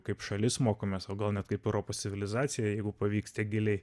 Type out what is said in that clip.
kaip šalis mokomės o gal net kaip europos civilizacija jeigu pavyks tiek giliai